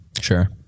Sure